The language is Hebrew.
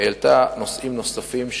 העלתה נושאים נוספים שמציקים,